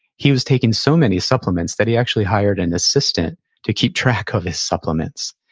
he was taking so many supplements that he actually hired an assistant to keep track of his supplements.